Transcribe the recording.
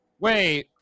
Wait